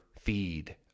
feed